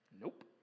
nope